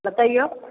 बतैयो